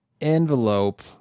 envelope